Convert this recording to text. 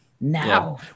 now